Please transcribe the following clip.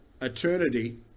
eternity